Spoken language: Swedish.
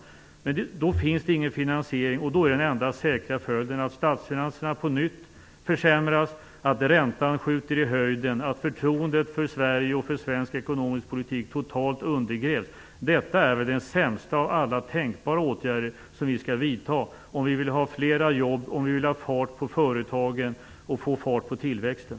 Eftersom det inte finns någon finansiering är den säkra följden att statsfinanserna på nytt försämras, att räntan skjuter i höjden, att förtroendet för Sverige och svensk ekonomisk politik totalt undergrävs. Detta är väl den sämsta av alla tänkbara åtgärder som vi skall vidta om vi vill ha flera jobb och om vi vill ha fart på företagen och på tillväxten.